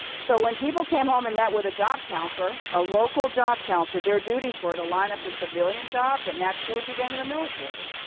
so when people came home and met with a job counselor, a local job counselor, their duties were to line up a civilian job that matched skills you gained in the military.